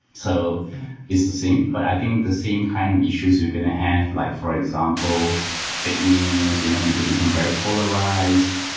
so it's the same. but i think the same kind of issues we're going to have, like for example fake news. you know people become very polarized.